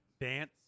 dance